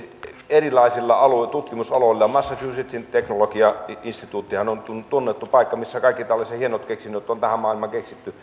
erilaisilla tutkimusaloilla massachusettsin teknologiainstituuttihan on tunnettu paikka missä kaikki tällaiset hienot keksinnöt on tähän maailmaan keksitty